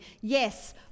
Yes